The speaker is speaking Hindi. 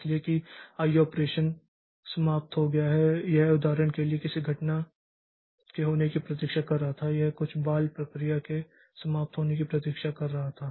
इसलिए कि आईओ ऑपरेशन समाप्त हो गया है यह उदाहरण के लिए किसी घटना के होने की प्रतीक्षा कर रहा था यह कुछ बाल प्रक्रिया के समाप्त होने की प्रतीक्षा कर रहा था